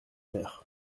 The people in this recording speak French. mer